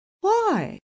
Why